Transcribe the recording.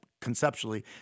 conceptually